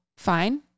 Fine